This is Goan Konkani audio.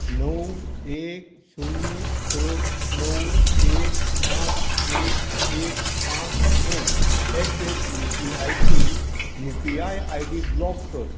णव एक शुन्य स णव एक पांच एक एक पांच णव एट रेट यू पी आयची U P I I D block कर